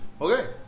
Okay